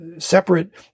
separate